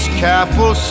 careful